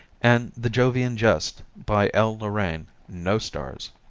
and the jovian jest, by l. lorraine, no stars.